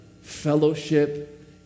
fellowship